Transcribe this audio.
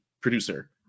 producer